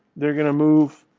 they're going to move,